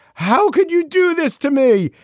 how could you do this to me?